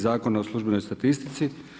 Zakona o službenoj statistici.